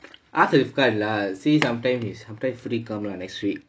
ask ifkan lah say sometimes if sometimes free come lah next week